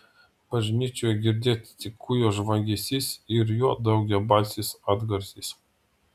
bažnyčioje girdėt tik kūjo žvangesys ir jo daugiabalsis atgarsis